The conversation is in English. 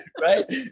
Right